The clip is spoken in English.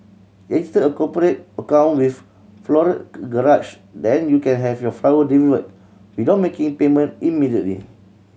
register a cooperate account with Floral Garage then you can have your flower delivered without making payment immediately